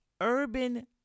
urban